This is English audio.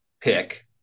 pick